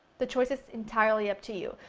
the choice is entirely up to you.